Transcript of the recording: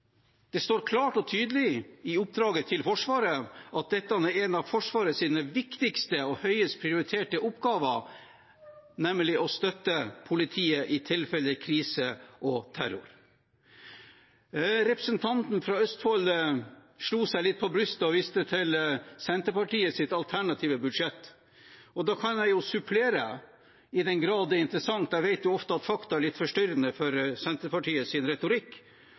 Det står klart og tydelig i oppdraget til Forsvaret at dette er en av Forsvarets viktigste og høyest prioriterte oppgaver, nemlig å støtte politiet i tilfelle krise og terror. Representanten fra Østfold slo seg litt på brystet og viste til Senterpartiets alternative budsjett. Da kan jeg supplere med – i den grad det er interessant, jeg vet jo at fakta ofte er litt forstyrrende for Senterpartiets retorikk – at i det alternative budsjettet skulle Senterpartiet